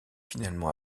finalement